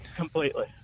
Completely